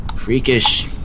freakish